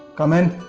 come in.